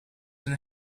then